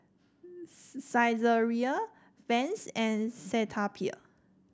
Saizeriya Vans and Cetaphil